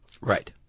Right